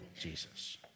Jesus